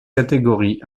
catégories